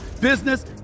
business